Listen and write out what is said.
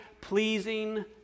pleasing